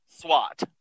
SWAT